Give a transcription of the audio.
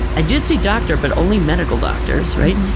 did see doctor but only medical doctors, right?